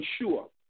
ensure